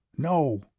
No